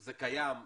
זה קיים?